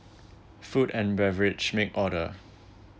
food and beverage make order